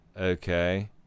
Okay